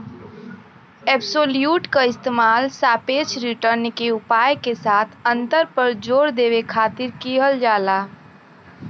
absolute क इस्तेमाल सापेक्ष रिटर्न के उपाय के साथ अंतर पर जोर देवे खातिर किहल जाला